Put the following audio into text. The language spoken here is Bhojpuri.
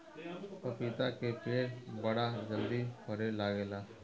पपीता के पेड़ बड़ा जल्दी फरे लागेला